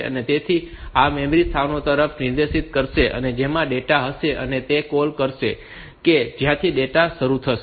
તેથી આ એવા મેમરી સ્થાનો તરફ નિર્દેશ કરશે કે જેમાં ડેટા હશે અને તે કૉલ કરશે કે જ્યાંથી ડેટા શરૂ થશે